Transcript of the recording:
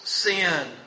sin